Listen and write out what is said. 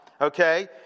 okay